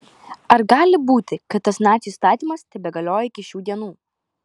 ar gali būti kad tas nacių įstatymas tebegalioja iki šių dienų